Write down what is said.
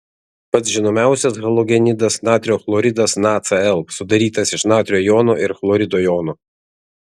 pats žinomiausias halogenidas natrio chloridas nacl sudarytas iš natrio jono ir chlorido jono